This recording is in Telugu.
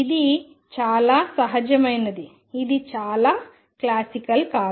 ఇది చాలా సహజమైనది ఇది చాలా క్లాసికల్ కాదు